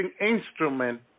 instrument